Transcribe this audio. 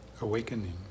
awakening